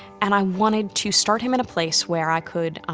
and i wanted to start him in a place where i could,